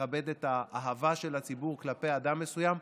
לכבד את האהבה של הציבור כלפי אדם מסוים,